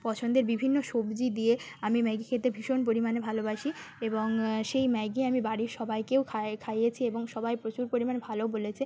পছন্দের বিভিন্ন সবজি দিয়ে আমি ম্যাগি খেতে ভীষণ পরিমাণে ভালোবাসি এবং সেই ম্যাগি আমি বাড়ির সবাইকেও খাই খাইয়েছি এবং সবাই প্রচুর পরিমাণে ভালো বলেছে